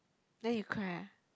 then you cry ah